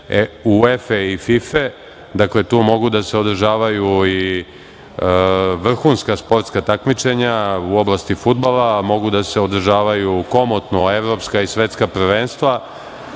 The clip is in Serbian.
UEF i FIFA, i tu mogu da se održavaju i vrhunska sportska takmičenja u oblasti fudbala i mogu da se održavaju komotno evropska i svetska prvenstva,